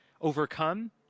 overcome